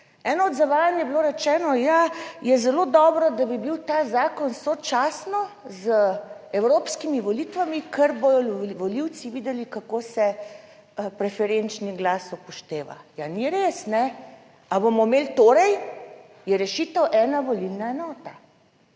eno od zavajanj je bilo rečeno: "Ja, je zelo dobro, da bi bil ta zakon sočasno z evropskimi volitvami, ker bodo volivci videli, kako se preferenčni glas upošteva." Ja, ni res, ne? Ali bomo imeli, torej je rešitev ena volilna enota?